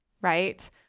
right